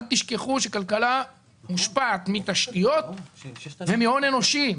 אל תשכחו שכלכלה מושפעת מתשתיות ומהון אנושי,